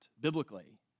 Biblically